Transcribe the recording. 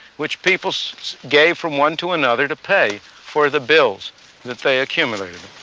which people gave from one to another to pay for the bills that they accumulated.